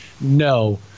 No